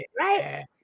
Right